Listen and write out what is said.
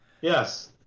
Yes